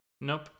nope